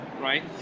right